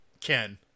Ken